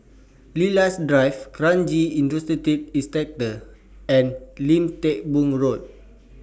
Lilac Drive Kranji Industrial Estate and Lim Teck Boo Road